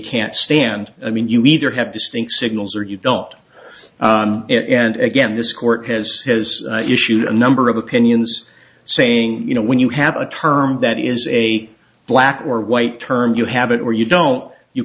can't stand i mean you either have to stink signals or you don't and again this court has has issued a number of opinions saying you know when you have a term that is a black or white term you have it or you don't you